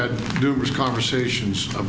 had numerous conversations